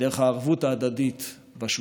דרך הערבות ההדדית והשותפות.